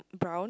brown